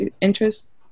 interests